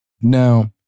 Now